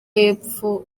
y’epfo